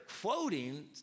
quoting